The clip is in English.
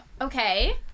okay